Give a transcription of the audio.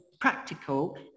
practical